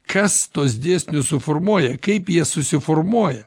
kas tuos dėsnius suformuoja kaip jie susiformuoja